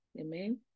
amen